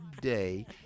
day